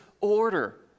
order